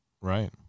Right